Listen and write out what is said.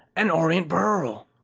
and orient pearl.